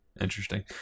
interesting